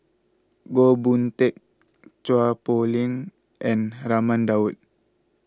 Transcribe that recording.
Goh Boon Teck Chua Poh Leng and Raman Daud